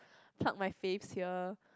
pluck my faves here